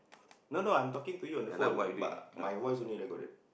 no no I'm not talking to you on the phone but my voice only recorded